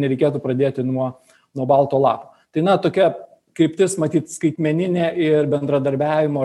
nereikėtų pradėti nuo nuo balto lapo tai na tokia kryptis matyt skaitmeninė ir bendradarbiavimo